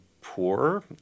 poor